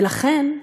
ולכן,